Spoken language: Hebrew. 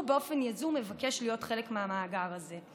הוא באופן יזום מבקש להיות חלק מהמאגר הזה.